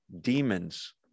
demons